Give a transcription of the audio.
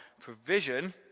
provision